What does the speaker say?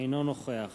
אינו נוכח